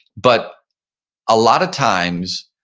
but a lot of times,